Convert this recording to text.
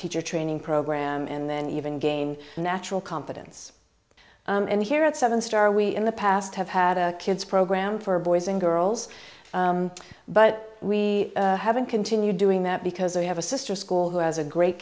teacher training program and then even gain a natural competence and here at seven star we in the past have had a kids program for boys and girls but we haven't continue doing that because they have a sister school who has a great